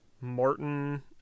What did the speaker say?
Martin